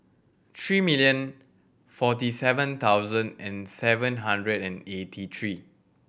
three million forty seven thousand and seven hundred and eighty three